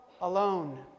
alone